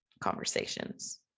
conversations